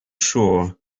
sure